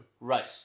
Right